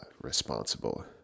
responsible